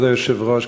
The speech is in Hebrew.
כבוד היושב-ראש,